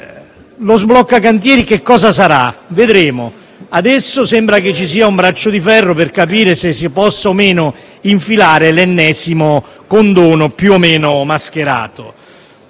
Lo sblocca cantieri che cosa sarà? Vedremo. Adesso sembra che ci sia un braccio di ferro per capire se si possa o no infilare l'ennesimo condono più o meno mascherato.